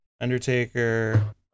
Undertaker